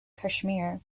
kashmir